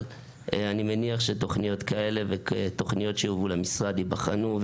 אבל אני מניח שתוכניות כאלה ותוכניות שיובאו למשרד ייבחנו.